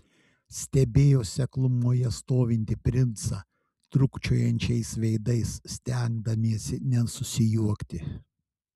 stebėjo seklumoje stovintį princą trūkčiojančiais veidais stengdamiesi nesusijuokti